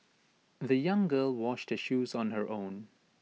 the young girl washed her shoes on her own